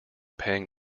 paying